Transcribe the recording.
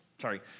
sorry